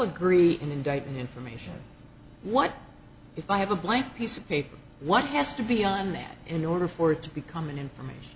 agree in indicting information what if i have a blank piece of paper what has to be on that in order for it to become an information